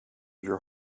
your